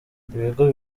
ibigo